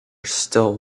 still